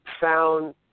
found